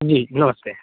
जी नमस्ते